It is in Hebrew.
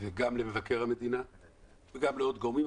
גם למבקר המדינה וגם לעוד גורמים.